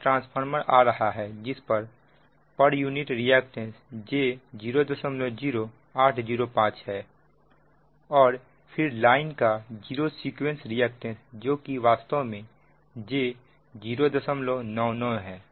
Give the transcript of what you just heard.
यह ट्रांसफार्मर आ रहा है जिसका पर यूनिट रिएक्टेंस j00805 है और फिर लाइन का जीरो सीक्वेंस रिएक्टेंस जो कि वास्तव में j099 है